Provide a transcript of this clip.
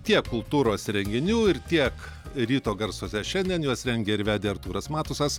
tiek kultūros renginių ir tiek ryto garsuose šiandien juos rengė ir vedė artūras matusas